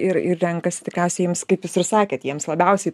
ir ir renkasi tikriausiai jiems kaip jūs ir sakėt jiems labiausiai